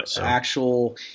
actual